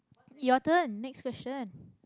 your turn next question